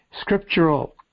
scriptural